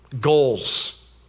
goals